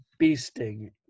beasting